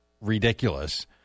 ridiculous